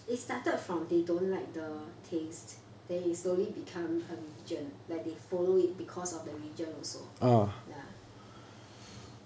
it started from they don't like the taste then it slowly become 很 religion like they follow it because of the religion also ya